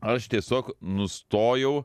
aš tiesiog nustojau